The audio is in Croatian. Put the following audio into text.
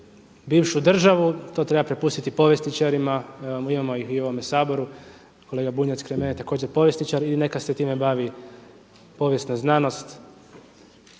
bivšu državu. To treba prepustiti povjesničarima. Imamo ih i u ovome Saboru. Kolega Bunjac kraj mene je također povjesničar i neka se time bavi povijesna znanost.